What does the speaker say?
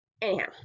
Anyhow